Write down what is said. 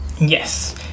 Yes